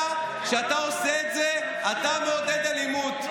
אתה, כשאתה עושה את זה, אתה מעודד אלימות.